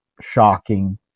shocking